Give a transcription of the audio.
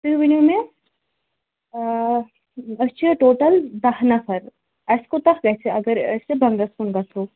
تُہۍ ؤنِو مےٚ آ أسۍ چھِ ٹوٚٹَل باہ نَفر اسہِ کوٗتاہ گَژھِ اگر أسۍ تہِ بَنٛگَس کُن گَژھو